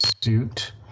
suit